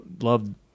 loved